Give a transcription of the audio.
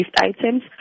items